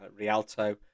Rialto